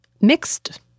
mixed